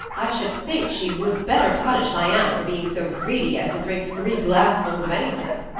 i should think she would better punish diana for being so greedy as to drink three glassfuls of anything,